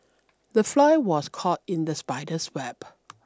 the fly was caught in the spider's web